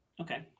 Okay